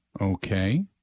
Okay